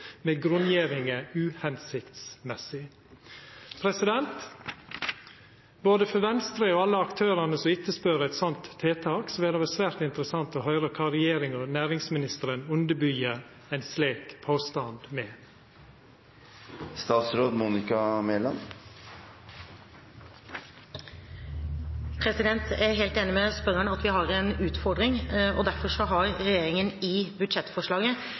med grunngjevinga «uhensiktsmessig». For både Venstre og alle aktørane som etterspør eit slikt tiltak, vil det vera svært interessant å høyra kva regjeringa og næringsministeren underbyggjer ein slik påstand med. Jeg er helt enig med spørsmålsstilleren i at vi har en utfordring, og derfor har regjeringen i budsjettforslaget